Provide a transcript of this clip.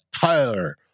Tyler